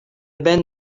benn